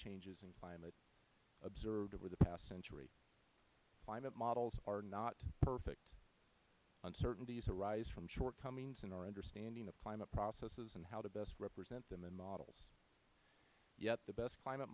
changes in climate observed over the past century climate models are not perfect uncertainties arise from shortcomings in our understanding of climate processes and how to best represent them in models yet the best climate